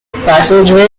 passageway